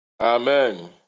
Amen